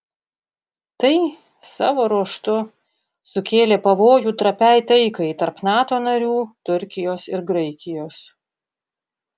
tai savo ruožtu sukėlė pavojų trapiai taikai tarp nato narių turkijos ir graikijos